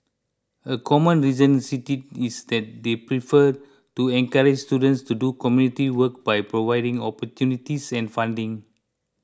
a common reason cited is that they prefer to encourage students to do community work by providing opportunities and funding